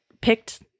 picked